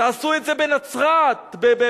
תעשו את זה בנצרת בבתי-ספר,